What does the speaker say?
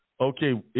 okay